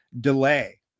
delay